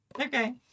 Okay